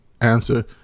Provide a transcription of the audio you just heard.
answer